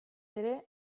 ere